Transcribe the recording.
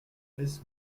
laisse